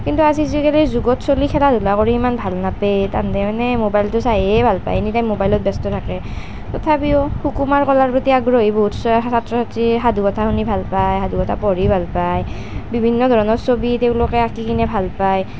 কিন্তু আজি কালিৰ যুগত খেলা ধূলা কৰি ইমান ভাল নাপেই তাহাঁতে মানে মোবাইলটো চায়েই ভাল পায় এনিটাইম মোবাইলতে ব্যস্ত থাকে তথাপিও সুকুমাৰ কলাৰ প্ৰতি আগ্ৰগী বহুত যি সাধুকথা শুনি বহুত ভাল পায় বা সাধুকথা পঢ়ি ভাল পায় বিভিন্ন ধৰণৰ ছবি তেওঁলোকে আঁকি কিনে ভাল পায়